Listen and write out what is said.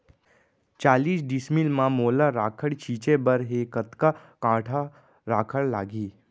चालीस डिसमिल म मोला राखड़ छिंचे बर हे कतका काठा राखड़ लागही?